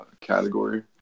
category